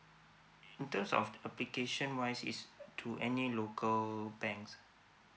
in terms of application wise is to any local banks